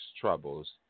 troubles